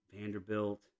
Vanderbilt